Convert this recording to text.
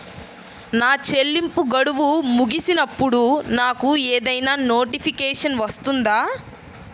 నా చెల్లింపు గడువు ముగిసినప్పుడు నాకు ఏదైనా నోటిఫికేషన్ వస్తుందా?